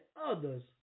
others